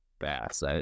bass